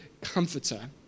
comforter